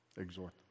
exhort